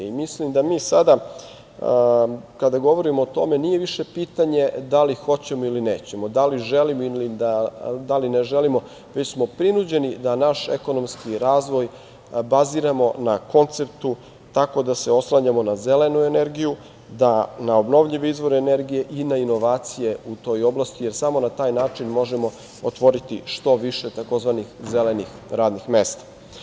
Mislim da mi sada, kada govorimo o tome, nije više pitanje da li hoćemo ili nećemo, da li želimo, da li ne želimo, već smo prinuđeni da naš ekonomski razvoj baziramo na konceptu tako da se oslanjamo na zelenu energiju, na obnovljive izvore energije i na inovacije u toj oblasti, jer samo na taj način možemo otvoriti što više tzv. zelenih radnih mesta.